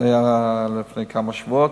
וזה היה לפני כמה שבועות.